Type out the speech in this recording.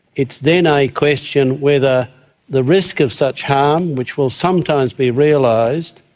it's then a question whether the risk of such harm, which will sometimes be realised,